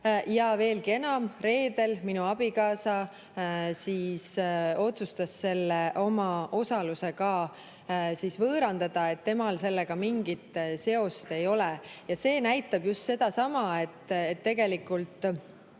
Veelgi enam, reedel minu abikaasa otsustas oma osaluse ka võõrandada, temal sellega mingit seost ei ole. See näitab just sedasama, et tegelikult